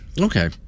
Okay